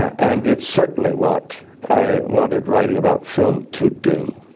and it's certainly what i wanted writing about film to do.